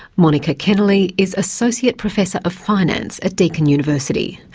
monica keneley is associate professor of finance at deakin university,